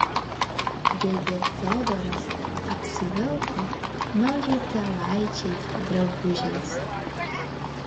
dėdė fiodoras apsivilko naujutėlaičiais drabužiais